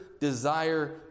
desire